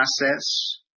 process